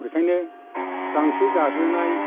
बेनिखायनो गांसो जाहोनाय